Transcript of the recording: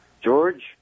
George